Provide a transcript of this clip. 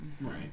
Right